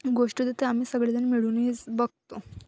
गोष्टी होतात त्या आम्ही सगळेजण मिळूनही बघतो